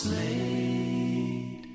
laid